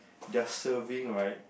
their serving right